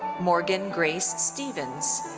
morgan grace stephens.